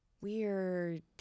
weird